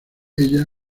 ella